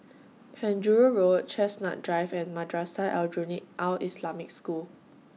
Penjuru Road Chestnut Drive and Madrasah Aljunied Al Islamic School